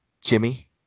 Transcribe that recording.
Jimmy